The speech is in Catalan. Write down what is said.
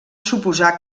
suposar